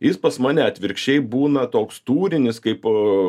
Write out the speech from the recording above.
jis pas mane atvirkščiai būna toks tūrinis kaip u